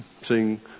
seeing